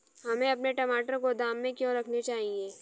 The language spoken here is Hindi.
हमें अपने टमाटर गोदाम में क्यों रखने चाहिए?